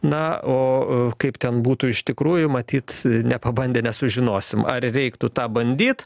na o kaip ten būtų iš tikrųjų matyt nepabandę nesužinosim ar reiktų tą bandyt